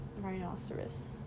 rhinoceros